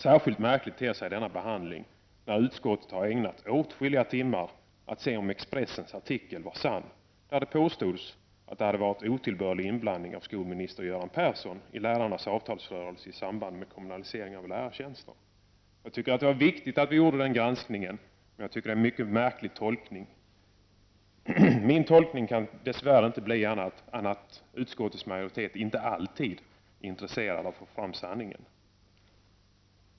Särskilt märklig ter sig denna behandling då utskottet har ägnat åtskilliga timmar åt att undersöka om Expressens artikel var sann. I den påstods att det hade förekommit otillbörlig inblandning av skolminister Göran Persson i lärarnas avtalsrörelse i samband med frågan om kommunalisering av lärartjänsterna. Jag tycker det var viktigt att KU gjorde den granskningen, men tolkningen av det som skedde finner jag mycket märklig. Min tolkning kan dess värre inte bli någon annan än att utskottets majoritet inte alltid är intresserad av att få fram sanningen.